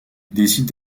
décide